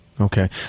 Okay